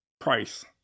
price